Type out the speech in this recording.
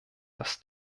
das